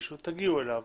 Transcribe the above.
תגיעו אליו,